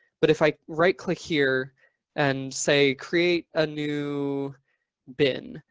but if i right click here and say create a new bin,